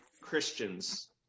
Christians